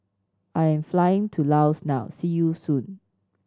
I am flying to Laos now see you soon